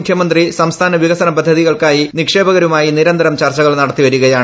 മുഖ്യമന്ത്രി സംസ്ഥാന വികസന പദ്ധതികൾക്കായി നിക്ഷേപകരുമായി നിരന്തരം ചർച്ചുകൾ നടത്തിവരികയാണ്